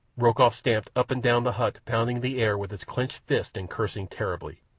rokoff stamped up and down the hut, pounding the air with his clenched fists and cursing terribly.